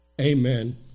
Amen